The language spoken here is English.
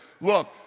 look